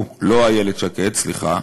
הוא, לא איילת שקד, סליחה,